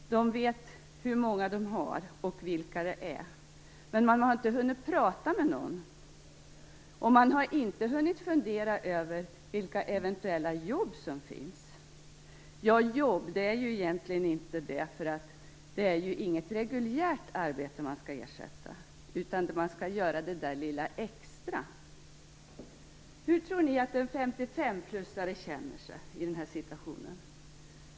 De vet hur många de har och vilka de är, men de har inte hunnit prata med någon, och de har inte hunnit fundera över vilka eventuella jobb som finns. Ja, "jobb" för resten - det är ju egentligen inte fråga om några jobb, för det handlar ju inte om något reguljärt arbete utan om att göra "det där lilla extra". Hur tror ni att en 55-plussare känner sig i den här situationen?